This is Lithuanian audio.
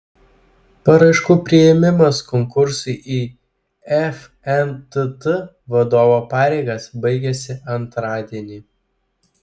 paraiškų priėmimas konkursui į fntt vadovo pareigas baigiasi antradienį